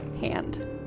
hand